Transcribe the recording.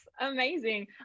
amazing